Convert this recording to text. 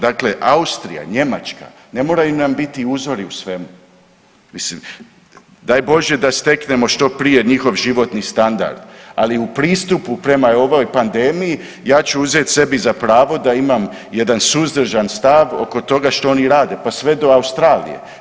Dakle, Austrija, Njemačka ne moraju nam biti uzori u svemu, mislim daj Bože da steknemo što prije njihov životni standard, ali u pristupu prema ovoj pandemiji ja ću uzeti sebi za pravo da imam jedan suzdržan stav oko toga što oni rade pa sve do Australije.